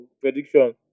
prediction